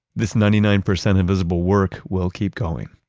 this ninety nine percent invisible work will keep going,